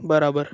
બરાબર